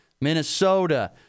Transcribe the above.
Minnesota